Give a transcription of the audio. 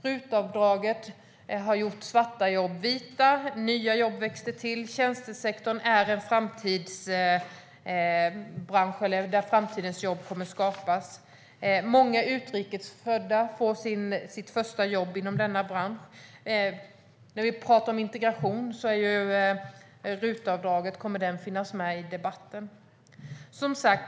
RUT-avdraget har gjort svarta jobb till vita. Nya jobb har växt till. Tjänstesektorn är en framtidsbransch, där framtidens jobb kommer att skapas. Många utrikes födda får sitt första jobb inom denna bransch. När vi talar om integration kommer RUT-avdraget att finnas med i debatten.